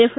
F